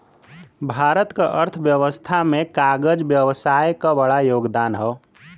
भारत क अर्थव्यवस्था में कागज व्यवसाय क बड़ा योगदान हौ